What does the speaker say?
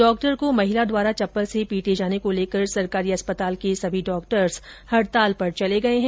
doctor को महिला द्वारा चप्पल से पीटे जाने को लेकर सरकारी अस्पताल के सभी डॉक्टर्स हडताल पर चले गये है